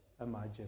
imagine